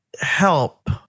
help